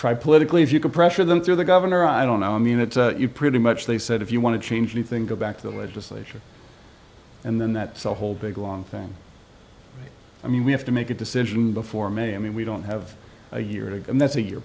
try politically if you could pressure them through the governor i don't know i mean it's pretty much they said if you want to change anything go back to the legislature and then that whole big long thing i mean we have to make a decision before may i mean we don't have a year and that's a y